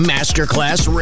Masterclass